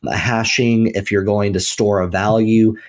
ah hashing, if you're going to store a value,